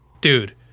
dude